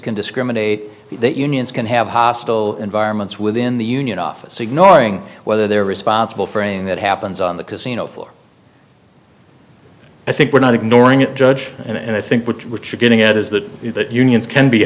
can discriminate the unions can have hostile environments within the union office ignoring whether they're responsible for a that happens on the casino floor i think we're not ignoring it judge and i think which which are getting at is that the unions can be